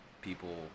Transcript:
people